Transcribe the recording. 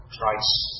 Christ